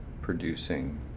producing